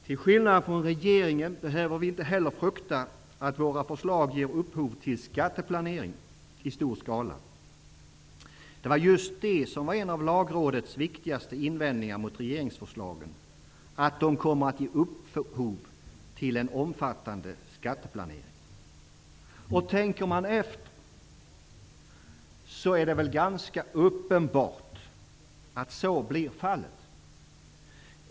Till skillnad från regeringen behöver vi inte heller frukta att våra förslag ger upphov till skatteplanering i stor skala. Det var just detta som var en av Lagrådets viktigaste invändningar mot regeringsförslagen, att de kommer att ge upphov till en omfattande skatteplanering. Tänker man efter, är det väl ganska uppenbart att så blir fallet.